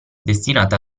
destinato